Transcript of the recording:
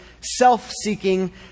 self-seeking